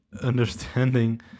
understanding